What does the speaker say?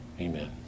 amen